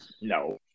No